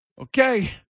Okay